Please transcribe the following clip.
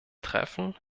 treffen